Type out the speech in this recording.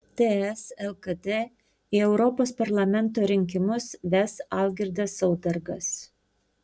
ts lkd į europos parlamento rinkimus ves algirdas saudargas